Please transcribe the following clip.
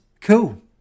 cool